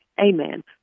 Amen